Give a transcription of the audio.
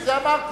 לכן אמרתי,